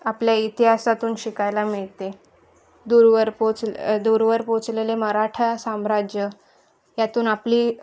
आपल्या इतिहासातून शिकायला मिळते दूरवर पोच दूरवर पोचलेले मराठा साम्राज्य यातून आपली